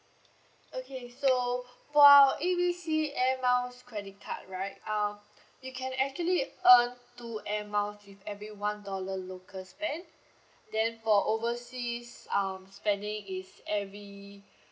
okay so for our A B C air miles credit card right um you can actually earn two air miles with every one dollar local spend then for overseas um spending is every